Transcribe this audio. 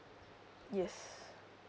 yes